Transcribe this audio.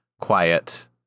quiet